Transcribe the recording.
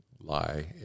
lie